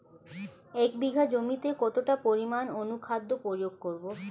এক বিঘা জমিতে কতটা পরিমাণ অনুখাদ্য প্রয়োগ করব?